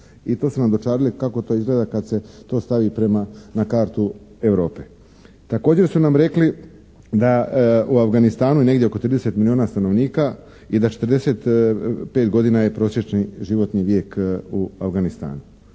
i to su nam dočarali kako to izgleda kad se to stavi na kartu Europe. Također su nam rekli da u Afganistanu je negdje oko 30 milijuna stanovnika i da 45 godina je prosječni životni vijek u Afganistanu.